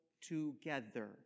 together